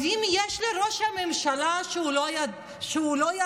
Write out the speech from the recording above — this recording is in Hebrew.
אם יש ראש ממשלה שלא ידע,